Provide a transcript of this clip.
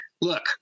look